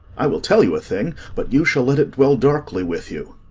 i will tell you a thing, but you shall let it dwell darkly with you.